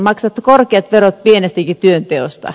maksat korkeat verot pienestäkin työnteosta